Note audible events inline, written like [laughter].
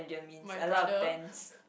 my brother [laughs]